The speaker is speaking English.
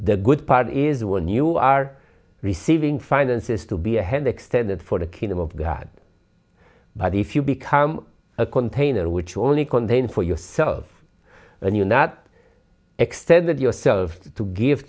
the good part is when you are receiving finances to be a hand extended for the kingdom of god but if you become a container which only contain for yourself and you not extended yourself to give